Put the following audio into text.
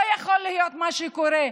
לא יכול להיות מה שקורה.